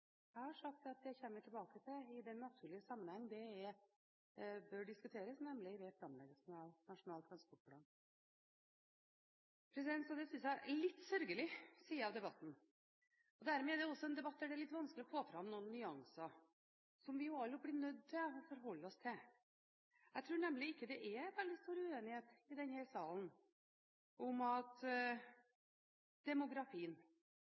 Jeg har sagt at det kommer vi tilbake til i den naturlige sammenheng det bør diskuteres, nemlig ved framleggelsen av Nasjonal transportplan. Det synes jeg er en litt sørgelig side av debatten, og dermed er det også en debatt der det er litt vanskelig å få fram noen nyanser som vi jo alle blir nødt til å forholde oss til. Jeg tror nemlig ikke det er veldig stor uenighet i denne salen om at demografien,